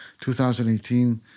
2018